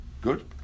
Good